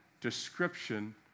description